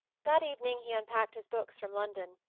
that evening he unpacked his books from london.